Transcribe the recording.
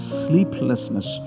sleeplessness